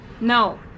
No